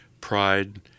pride